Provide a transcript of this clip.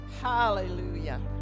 Hallelujah